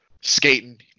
skating